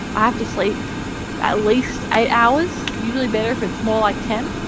i have to sleep at least eight hours, usually better if it's more like ten,